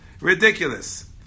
ridiculous